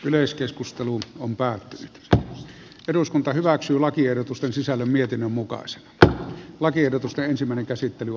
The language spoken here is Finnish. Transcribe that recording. yleiskeskustelu on päätti että eduskunta hyväksyy lakiehdotusten sisällön mietinnön mukaan se että lakiehdotusta järjestämään erotilanteessa